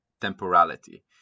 temporality